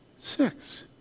six